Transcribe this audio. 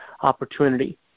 opportunity